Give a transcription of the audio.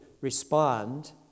respond